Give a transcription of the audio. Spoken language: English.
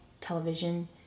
television